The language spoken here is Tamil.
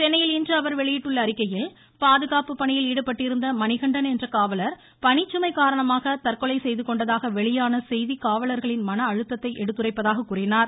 சென்னையில் இன்று அவர் வெளியிட்டுள்ள அறிக்கையில் பாதுகாப்பு பணியில் ஈடுபட்டிருந்த மணிகண்டன் என்ற காவலர் பணிச்சுமை காரணமாக கற்கொலை செய்து கொண்டதாக வெளியான செய்தி காவலர்களின் மன அழுத்தத்தை எடுத்துரைப்பதாக கூறினார்